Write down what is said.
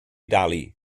dalu